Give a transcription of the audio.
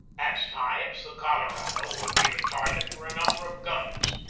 at times the colorado would be the target for a number of guns,